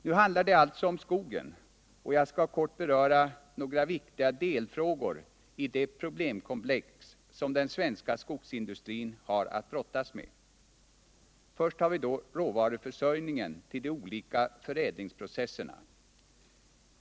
Nu handlar det alltså om skogen och jag skall kort beröra några viktiga delfrågor i det problemkomplex som den svenska skogsindustrin har att brottas med. Först har vi råvaruförsörjningen till de olika förädlingsprocesserna.